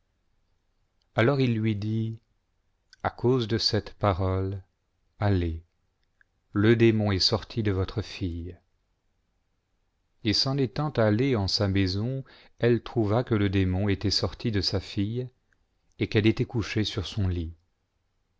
alors il lui dit a cause de cette parole allez le démon est sorti de votre fille et s'en étant allée en sa maison elle trouva que le démon était sorti de sa fille et qu'elle était couchée sur son lit